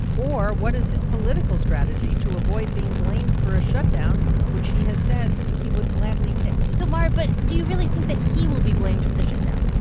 or, what is his political strategy to avoid being blamed for a shutdown which he has said he would gladly take? so, mara, but do you really think that he will be blamed for the shutdown?